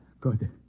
Good